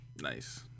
Nice